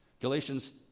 Galatians